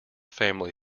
family